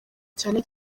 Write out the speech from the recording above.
cyane